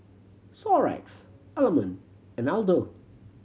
Xorex Element and Aldo